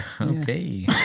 okay